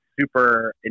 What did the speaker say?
super